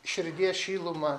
širdies šilumą